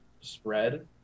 spread